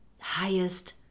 highest